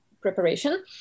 preparation